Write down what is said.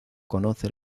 conoce